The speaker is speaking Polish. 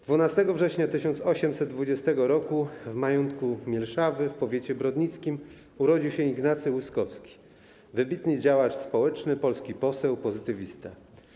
12 września 1820 roku w majątku Mileszewy w powiecie brodnickim urodził się Ignacy Łyskowski - wybitny działacz społeczny, polski poseł, pozytywista.